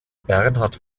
bernhard